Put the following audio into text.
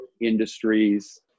industries